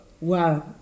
Wow